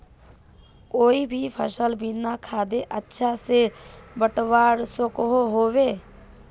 कोई भी सफल बिना खादेर अच्छा से बढ़वार सकोहो होबे?